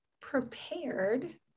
prepared